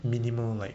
minimal like